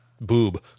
boob